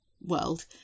world